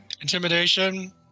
Intimidation